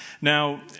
Now